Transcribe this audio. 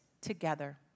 together